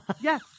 Yes